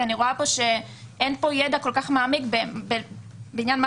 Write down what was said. כי אני רואה שאין פה ידע מעמיק בעניין מה